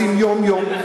עושים יום-יום,